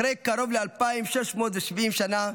אחרי קרוב ל-2,670 שנה,